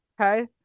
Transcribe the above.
Okay